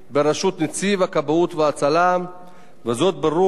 וזאת, ברוח המלצותיהן של ועדות שונות